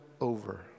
over